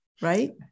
right